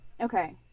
okay